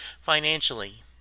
financially